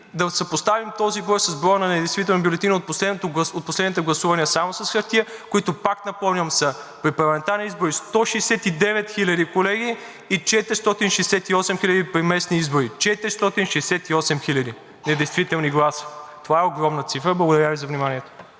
да съпоставим този брой с броя на недействителните бюлетини от последните гласувания само с хартия, които, пак напомням, са, при парламентарни избори 169 000, колеги, и 468 000 при местни избори – 468 000 недействителни гласа. Това е огромна цифра. Благодаря Ви за вниманието.